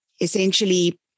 essentially